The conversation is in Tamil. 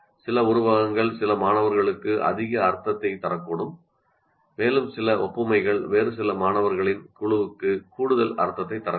சில உருவகங்கள் சில மாணவர்களுக்கு அதிக அர்த்தத்தைத் தரக்கூடும் மேலும் சில ஒப்புமைகள் வேறு சில மாணவர்களின் குழுவுக்கு கூடுதல் அர்த்தத்தைத் தரக்கூடும்